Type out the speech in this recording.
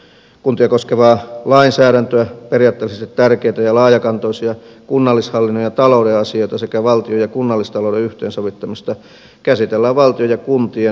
kuntia koskevaa lainsäädäntöä periaatteellisesti tärkeitä ja laajakantoisia kunnallishallinnon ja talouden asioita sekä valtion ja kunnallistalouden yhteensovittamista käsitellään valtion ja kuntien neuvottelumenettelyssä